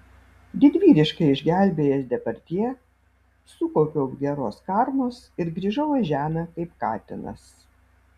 didvyriškai išgelbėjęs depardjė sukaupiau geros karmos ir grįžau į žemę kaip katinas